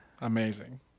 amazing